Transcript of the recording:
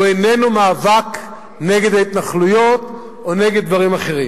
הוא איננו מאבק נגד ההתנחלויות או נגד דברים אחרים.